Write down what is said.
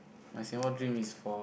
my Singapore dream is for